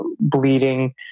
bleeding